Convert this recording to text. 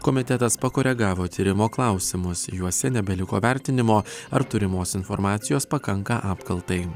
komitetas pakoregavo tyrimo klausimus juose nebeliko vertinimo ar turimos informacijos pakanka apkaltai